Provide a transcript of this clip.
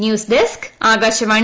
news desk Akashvani